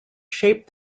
shaped